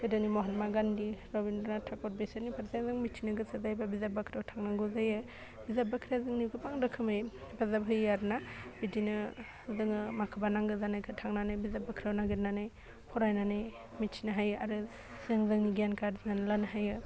गोदोनि महात्मा गान्धी रबिन्द्रनाथ ठाकुर बेसोरनि फारसे जों मिथिनो गोसो जायोबा बिजाब बाख्रियाव थांनांगौ जायो बिजाब बाख्रिया जोंनि गोबां रोखोमै हेफाजाब होयो आरो ना बिदिनो जोङो माखोबा नांगौ जानायखो थांनानै बिजाब बाख्रियाव नागिरनानै फरायनानै मिथिनो हायो आरो जों जोंनि गियानखो आरजिनानै लानो हायो